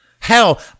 Hell